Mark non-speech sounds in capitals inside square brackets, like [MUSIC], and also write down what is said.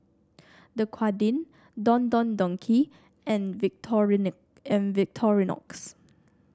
Dequadin Don Don Donki and [UNINTELLIGIBLE] and Victorinox